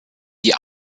die